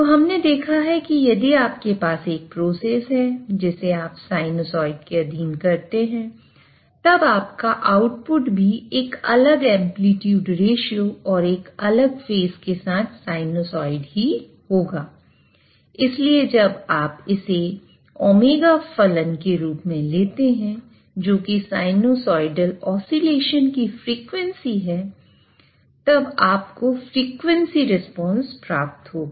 तो हमने देखा है कि यदि आपके पास एक प्रोसेस है जिसे आप साइनसॉइड प्राप्त होगा